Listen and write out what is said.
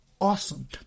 awesome